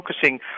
focusing